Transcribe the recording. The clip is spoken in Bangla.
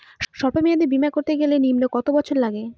সল্প মেয়াদী বীমা করতে গেলে নিম্ন কত বছর লাগে?